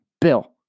Bill